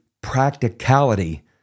practicality